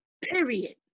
Period